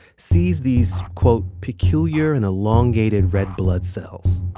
sees these, quote, peculiar and elongated red blood cells.